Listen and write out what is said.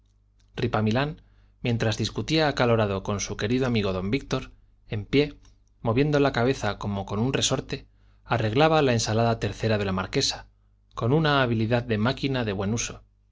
casa ripamilán mientras discutía acalorado con su querido amigo don víctor en pie moviendo la cabeza como con un resorte arreglaba la ensalada tercera de la marquesa con una habilidad de máquina en buen uso